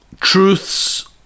Truths